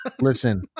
listen